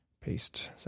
paste